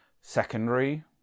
secondary